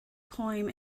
poem